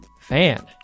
fan